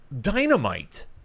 Dynamite